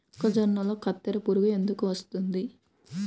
మొక్కజొన్నలో కత్తెర పురుగు ఎందుకు వస్తుంది?